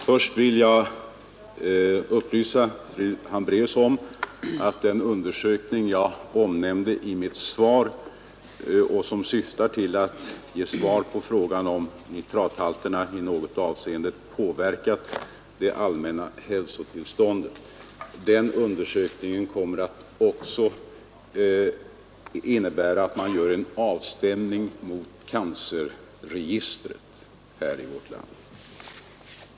Först vill jag upplysa fru Hambraeus om att den undersökning jag nämnde i mitt svar och som syftar till att ge svar på frågan om nitrathalterna i något avseende påverkat det allmänna hälsotillståndet också kommer att innebära att man gör en avstämning mot cancerregistret här i vårt land.